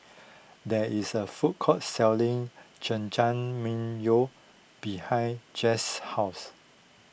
there is a food court selling Jajangmyeon behind Jesse's house